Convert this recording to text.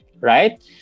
right